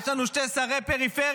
יש לנו שני שרי פריפריה,